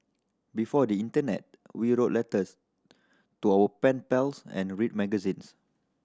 before the internet we wrote letters to our pen pals and read magazines